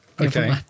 Okay